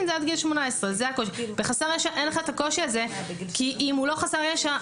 הוא עד גיל 18. בחסר ישע אין לך את הקושי הזה כי אם הוא לא חסר ישע,